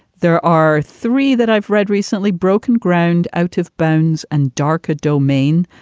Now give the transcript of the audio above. there are three that i've read recently, broken ground out of bones and dark, a domain.